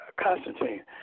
Constantine